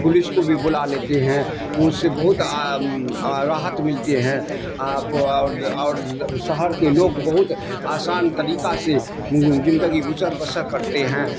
police کو بھی بلا لیتے ہیں پوس سے بہت راحت ملتے ہیں اور شہر کے لوگ بہت آسان طریقہ سے زندگی گزر بسر کرتے ہیں